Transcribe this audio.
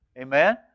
Amen